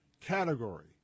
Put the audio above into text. category